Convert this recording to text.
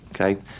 Okay